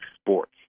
sports